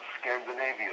Scandinavia